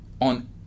on